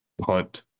punt